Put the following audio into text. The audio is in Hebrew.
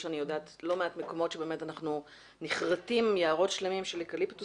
אני יודעת שיש לא מעט מקומות שם נכרתים יערות שלמים של אקליפטוסים.